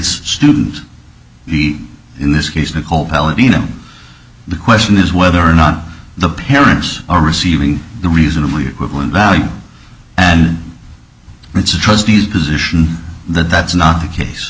students be in this case nicole palatino the question is whether or not the parents are receiving the reasonably equivalent value and it's a trustee's position that that's not the case